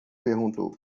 perguntou